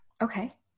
Okay